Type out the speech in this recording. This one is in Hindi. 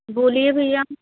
बोलिए भैया